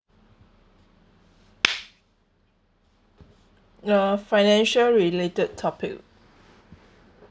uh financial related topic